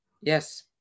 Yes